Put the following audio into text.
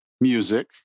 music